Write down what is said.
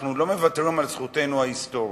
אנחנו לא מוותרים על זכותנו ההיסטורית,